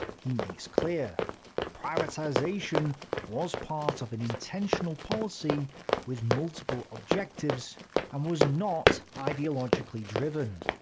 he makes clear privatization was part of an intentional policy with multiple objectives and was not ideologically driven.